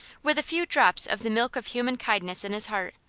with a few drops of the milk of human kindness in his heart,